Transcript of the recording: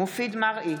מופיד מרעי,